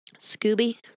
Scooby